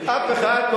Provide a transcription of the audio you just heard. והאנשים האלה,